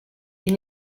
est